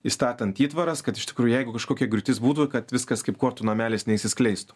įstatant įtvaras kad iš tikrųjų jeigu kažkokia griūtis būtų kad viskas kaip kortų namelis neišsiskleistų